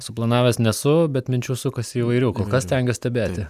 suplanavęs nesu bet minčių sukasi įvairių kol kas stengiuos stebėti